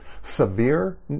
Severe